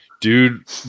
dude